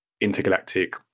intergalactic